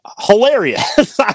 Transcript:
hilarious